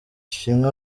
ishimwe